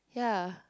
ya